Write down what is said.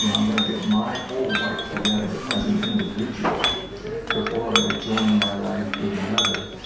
you know i'm going to get my whole life together as an individual before i would join my life with another,